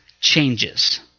changes